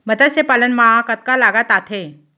मतस्य पालन मा कतका लागत आथे?